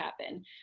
happen